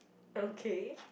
okay